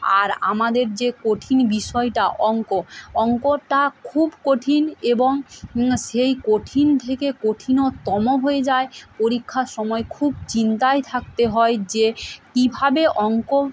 আর আমাদের যে কঠিন বিষয়টা অঙ্ক অঙ্কটা খুব কঠিন এবং সেই কঠিন থেকে কঠিনতম হয়ে যায় পরীক্ষার সময় খুব চিন্তায় থাকতে হয় যে কীভাবে অঙ্ক